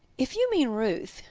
if you mean ruth,